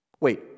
Wait